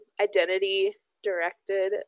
identity-directed